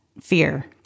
fear